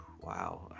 Wow